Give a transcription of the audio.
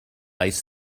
ice